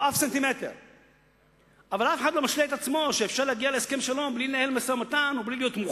אף אחד מאתנו לא רץ לתת לפלסטינים מתנה מדינה.